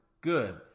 good